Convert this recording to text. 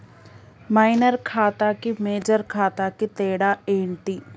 Minor ఖాతా కి major ఖాతా కి తేడా ఏంటి?